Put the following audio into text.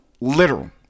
Literal